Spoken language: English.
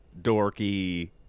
dorky